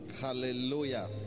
Hallelujah